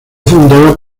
fundada